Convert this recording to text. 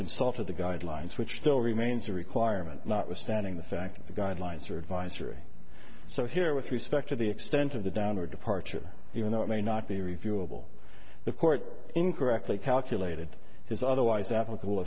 consulted the guidelines which still remains a requirement notwithstanding the fact that the guidelines are advisory so here with respect to the extent of the downward departure even though it may not be reviewable the court incorrectly calculated his otherwise applicable